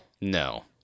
No